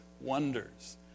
wonders